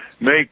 make